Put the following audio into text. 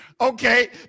Okay